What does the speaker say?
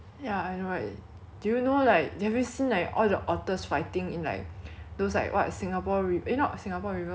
those like what singapore ri~ eh no not singapore river like those rivers in singapore then is like so cool leh they literally like